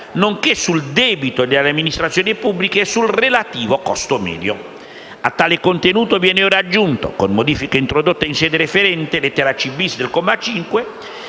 nonché sul debito delle amministrazioni pubbliche e sul relativo costo medio. A tale contenuto viene ora aggiunto, con modifica introdotta in sede referente (lettera *c-bis)* del comma 5),